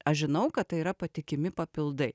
aš žinau kad tai yra patikimi papildai